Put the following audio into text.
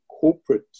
corporate